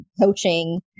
coaching